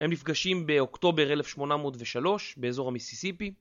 הם נפגשים באוקטובר 1803 באזור המיסיסיפי